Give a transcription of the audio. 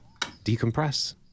decompress